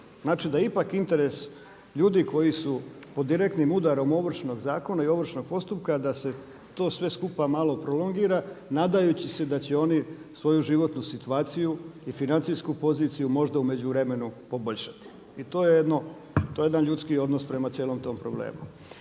Znači da ipak interes ljudi koji su pod direktnim udarom Ovršnog zakona i ovršnog postupka da se to sve skupa malo prolongira nadajući se da će oni svoju životnu situaciju i financijsku poziciju možda u međuvremenu poboljšati i to je jedan ljudski odnos prema cijelom tom problemu.